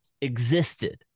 existed